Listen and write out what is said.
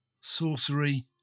sorcery